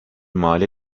mali